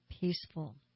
peaceful